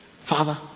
Father